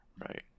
right